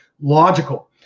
logical